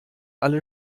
alle